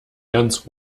ganz